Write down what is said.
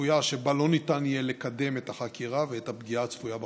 הצפויה שבה לא ניתן יהיה לקדם את החקירה והפגיעה הצפויה בחשוד.